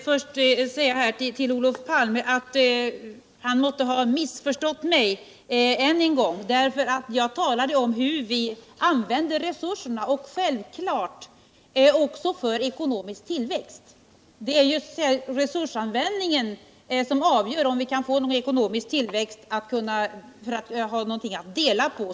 Herr talman! Jag vill först säga till Olof Palme att han än en gång måtte ha missförstått mig. Jag talade om hur vi använder resurserna, och dessa skall självfallet också användas för ekonomisk tillväxt. Det är ju resursanvändningen som avgör om vi skall få någon tillväxt och vad vi har att dela på.